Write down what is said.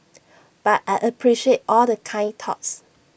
but I appreciate all the kind thoughts